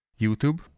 YouTube